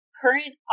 current